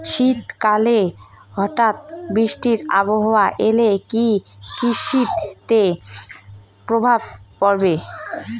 শীত কালে হঠাৎ বৃষ্টি আবহাওয়া এলে কি কৃষি তে প্রভাব পড়বে?